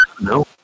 no